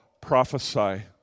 prophesy